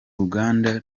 ruganda